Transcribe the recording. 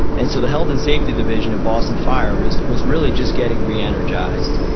and so the health and safety division of boston fire was was really just getting re energized.